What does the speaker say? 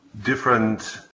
different